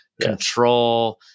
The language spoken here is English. control